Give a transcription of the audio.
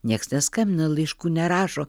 nieks neskambina laiškų nerašo